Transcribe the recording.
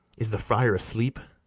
is the friar asleep?